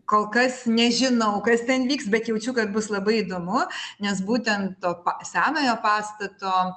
kol kas nežinau kas ten vyks bet jaučiu kad bus labai įdomu nes būtent to senojo pastato